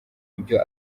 ibyo